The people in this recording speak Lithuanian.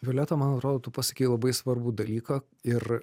violeta man atrodo tu pasakei labai svarbų dalyką ir